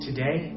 Today